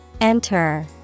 Enter